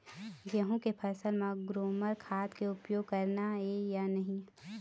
गेहूं के फसल म ग्रोमर खाद के उपयोग करना ये या नहीं?